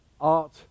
art